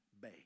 bay